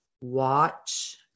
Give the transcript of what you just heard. watch